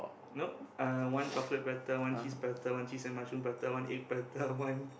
nope uh one chocolate prata one cheese prata one cheese and mushroom prata one egg prata one